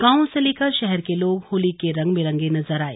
गांवों से लेकर शहर लोग होली के रंग में रंगे नजर आए